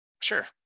Sure